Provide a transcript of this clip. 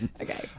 Okay